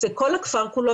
זה כל הכפר כולו,